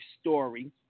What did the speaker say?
Story